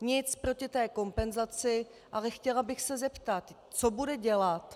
Nic proti té kompenzaci, ale chtěla bych se zeptat, co bude dělat...